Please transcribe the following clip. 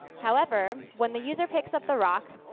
however, when the user picks up the rock,